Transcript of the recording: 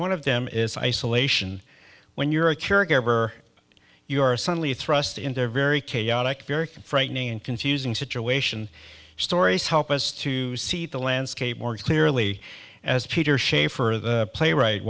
one of them is isolation when you're a caregiver you are suddenly thrust into a very chaotic very frightening and confusing situation stories help us to see the landscape more clearly as peter schaffer the playwright